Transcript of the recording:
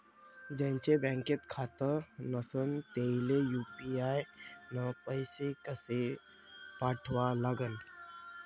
ज्याचं बँकेत खातं नसणं त्याईले यू.पी.आय न पैसे कसे पाठवा लागन?